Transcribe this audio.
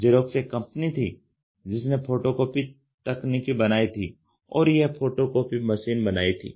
xerox एक company थी जिसने फोटोकॉपी तकनीकी बनाई थी या फोटोकॉपी मशीन बनाई थी